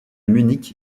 munich